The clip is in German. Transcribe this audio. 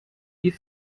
die